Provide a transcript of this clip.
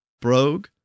brogue